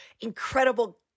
incredible